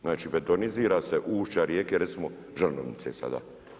Znači, betonizira se ušća rijeke recimo Žrnovnice sada.